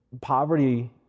poverty